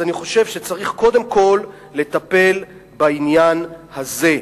צריך קודם כול לטפל בעניין הזה,